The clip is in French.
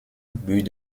but